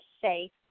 safe